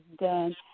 done